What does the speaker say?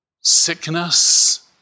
Sickness